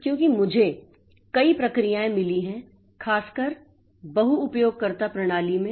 क्योंकि मुझे कई प्रक्रियाएं मिली हैं खासकर बहु उपयोगकर्ता प्रणालियों में